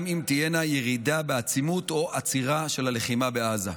גם אם תהיה ירידה בעצימות או עצירה של הלחימה בעזה.